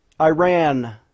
Iran